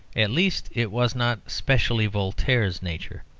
at least it was not specially voltaire's nature.